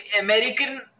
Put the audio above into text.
American